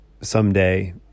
someday